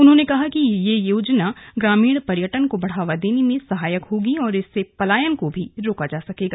उन्होंने कहा कि यह योजना ग्रामीण पर्यटन को बढ़ावा देने में सहायक होगी और इससे पलायन को भी रोका जा सकेगा